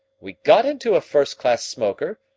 we got into a first-class smoker,